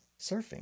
surfing